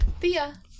Thea